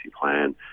plan